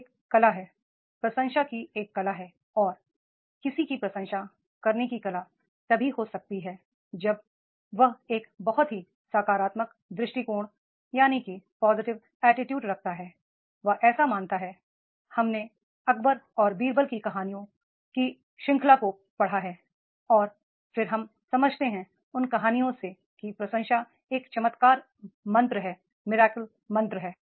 यह एक कला है प्रशंसा की एक कला है और किसी की प्रशंसा करने की कला तभी हो सकती है जब वह एक बहुत ही सकारात्मक दृष्टिकोण रखता है वह ऐसा मानता है हमने अकबर और बीरबल की कहानियों की संख्या को पढ़ा है और फिर हम समझते हैं उन कहानियों से कि प्रशंसा एक चमत्कार मंत्र है